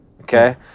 okay